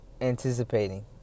anticipating